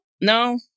no